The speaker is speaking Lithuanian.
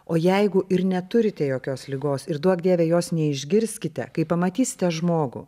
o jeigu ir neturite jokios ligos ir duok dieve jos neišgirskite kai pamatysite žmogų